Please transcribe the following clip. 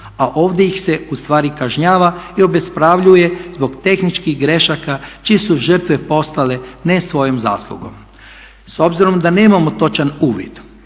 a ovdje ih se ustvari kažnjava i obespravljuje zbog tehničkih grešaka čije su žrtve postale ne svojom zaslugom. S obzirom da nemamo točan uvid